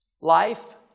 Life